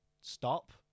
stop